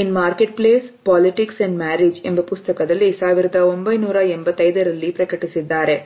in market place politics and marriage ಎಂಬ ಪುಸ್ತಕದಲ್ಲಿ 1985 ರಲ್ಲಿ ಪ್ರಕಟಿಸಿದ್ದಾರೆ